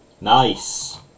nice